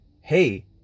Hey